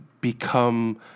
become